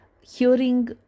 hearing